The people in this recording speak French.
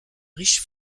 riche